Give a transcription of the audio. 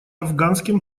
афганским